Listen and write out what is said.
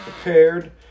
prepared